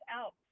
out